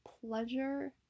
pleasure